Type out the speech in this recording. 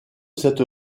cette